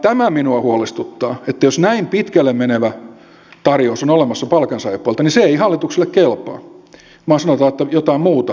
tämä minua huolestuttaa että jos näin pitkälle menevä tarjous on olemassa palkansaajapuolelta niin se ei hallitukselle kelpaa vaan sanotaan että jotain muuta tarvitaan